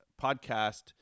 podcast